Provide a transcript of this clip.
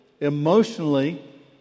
emotionally